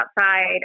outside